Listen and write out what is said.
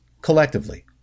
collectively